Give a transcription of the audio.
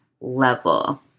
level